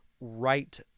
right